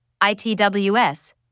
ITWS